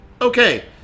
okay